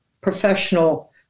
professional